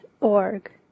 org